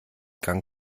gang